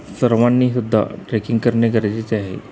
सर्वांनीसुद्धा trekking करणे गरजेचे आहे